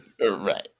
Right